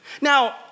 Now